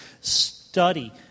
Study